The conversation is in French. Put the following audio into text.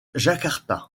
jakarta